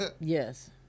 Yes